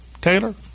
Taylor